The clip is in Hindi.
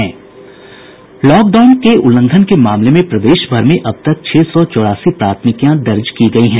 लॉकडाउन के उल्लंघन के मामले में प्रदेशभर में अब तक छह सौ चौरासी प्राथमिकियां दर्ज की गयी हैं